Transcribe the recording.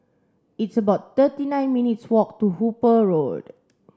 it's about thirty nine minutes' walk to Hooper Road